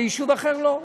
ויישוב אחר לא,